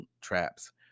traps